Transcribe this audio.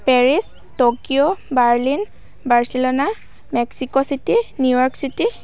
Paris Tokyo Berlin Barcelona Mexico city New York city